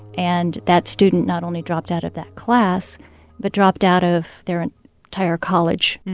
and that student not only dropped out of that class but dropped out of their entire college.